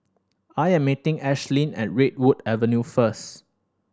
I am meeting Ashlyn at Redwood Avenue first